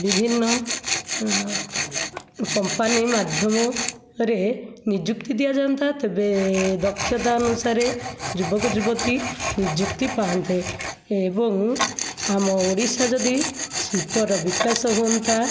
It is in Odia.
ବିଭିନ୍ନ କମ୍ପାନୀ ମାଧ୍ୟମରେ ନିଯୁକ୍ତି ଦିଆ ଯାଆନ୍ତା ତେବେ ଦକ୍ଷତା ଅନୁସାରେ ଯୁବକ ଯୁବତୀ ନିଯୁକ୍ତି ପାଆନ୍ତେ ଏବଂ ଆମ ଓଡ଼ିଶା ରେ ଯଦି ଶିଳ୍ପର ବିକାଶ ହୁଅନ୍ତା